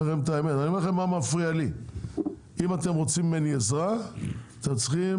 אם אתם רוצים ממני עזרה אתם צריכים